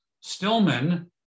Stillman